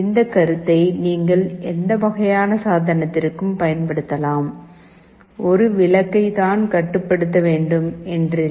இந்த கருத்தை நீங்கள் எந்த வகையான சாதனத்திற்கும் பயன்படுத்தலாம் ஒரு விளக்கை தான் கட்டுப்படுத்த வேண்டும் என்றில்லை